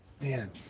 man